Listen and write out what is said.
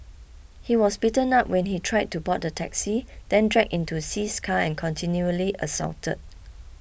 he was beaten up when he tried to board the taxi then dragged into See's car and continually assaulted